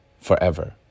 forever